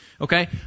Okay